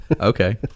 Okay